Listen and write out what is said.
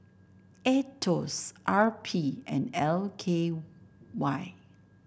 Aetos R P and L K Y